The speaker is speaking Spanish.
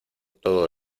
todo